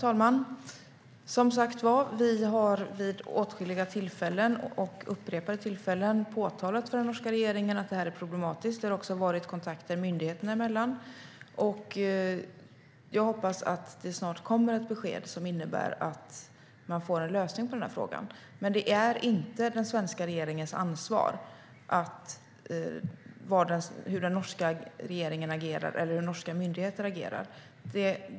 Herr talman! Vi har, som sagt, vid åtskilliga tillfällen och upprepade tillfällen påpekat för den norska regeringen att det här är problematiskt. Det har också varit kontakter myndigheterna emellan. Jag hoppas att det snart kommer ett besked som innebär att man får en lösning på den här frågan. Men det är inte den svenska regeringens ansvar hur den norska regeringen agerar eller hur norska myndigheter agerar.